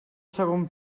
segon